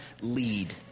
lead